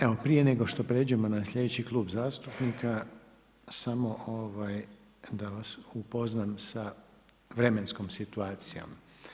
Evo prije nego što pređemo na sljedeći klub zastupnika, samo da vas upoznam sa vremenskom situacijom.